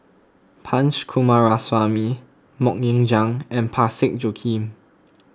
Punch Coomaraswamy Mok Ying Jang and Parsick Joaquim